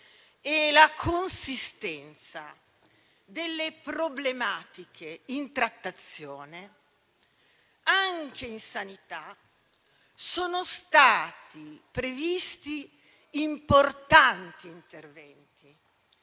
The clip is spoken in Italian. e la consistenza delle problematiche in trattazione, anche in sanità, sono stati previsti importanti interventi